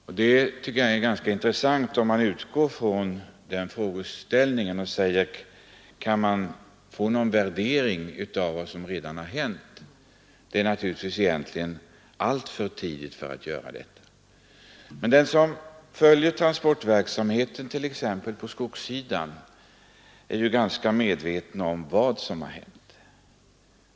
Jag tycker det är ganska intressant att utgå från den frågeställningen och säga: Kan det göras någon värdering av vad som redan har hänt? Egentligen är det naturligtvis alltför tidigt att göra en sådan värdering, men den som följer transportverksamheten t.ex. på skogssidan är ju ganska medveten om vad som har hänt.